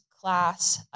class